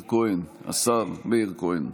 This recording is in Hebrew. השר מאיר כהן,